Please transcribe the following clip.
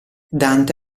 dante